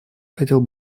хотел